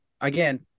again